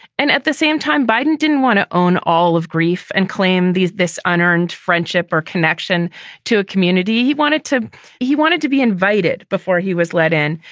and at the same time, biden didn't want to own all of grief and claim these this unearned friendship or connection to a community. he wanted to he wanted to be invited before he was let in.